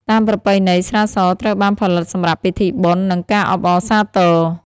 តាមប្រពៃណី ស្រាសត្រូវបានផលិតសម្រាប់ពិធីបុណ្យ និងការអបអរសាទរ។